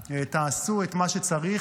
תעשו את מה שצריך,